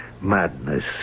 madness